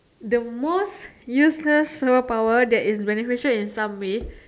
the most useless superpower that is beneficial in some way